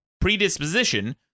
predisposition